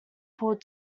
pulled